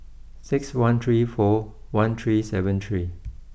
six one three four one three seven three